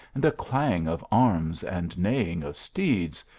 and a clang of arms and neighing of steeds,